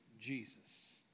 Jesus